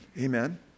amen